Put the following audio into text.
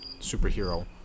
superhero